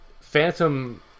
Phantom